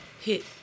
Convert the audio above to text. hit